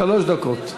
שלוש דקות.